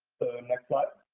next slide.